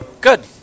Good